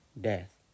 death